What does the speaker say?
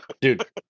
Dude